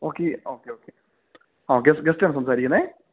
okay okay okay okay ഗസ്റ്റാണോ സംസാരിക്കുന്നത്